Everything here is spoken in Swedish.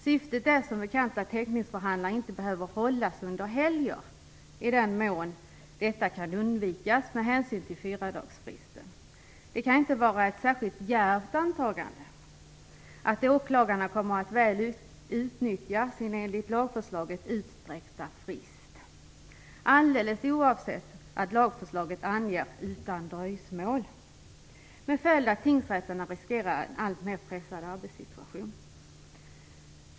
Syftet är som bekant att häktningsförhandlingar inte behöver hållas under helger om det kan undvikas med hänsyn till fyradagarsfristen. Det kan inte vara ett särskilt djärvt antagande att åklagarna kommer att väl utnyttja sin enligt lagförslaget utsträckta frist alldeles oavsett det faktum att lagförslaget anger att det skall ske utan dröjsmål med följden att tingsrätterna riskerar att få en alltmer pressad arbetssituation.